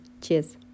Cheers